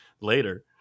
later